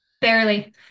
Barely